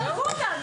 תוציאו אותה.